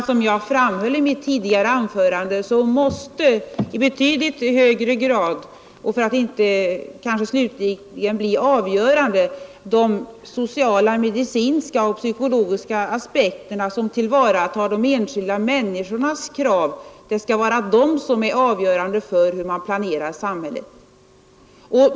Som jag framhöll i mitt tidigare anförande måste i betydligt högre grad de sociala, medicinska och psykologiska aspekterna — hur man skall ta till vara de enskilda människornas intressen — slutligen vara avgörande för hur man planerar samhället.